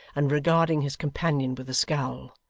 and regarding his companion with a scowl.